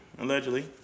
Allegedly